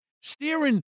steering